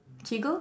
cheagle